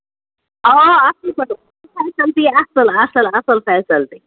آ اَصٕل پٲٹھۍ فیسَلٹی اَصٕل اَصٕل اَصٕل فیسَلٹی